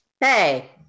Hey